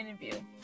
interview